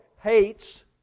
hates